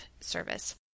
service